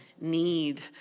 need